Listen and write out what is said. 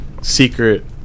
secret